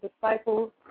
Disciples